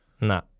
No